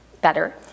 better